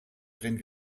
erin